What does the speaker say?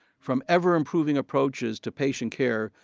from ever-improving approaches to patient care,